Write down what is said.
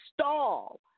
stall